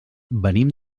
venim